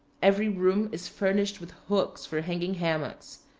every room is furnished with hooks for hanging hammocks.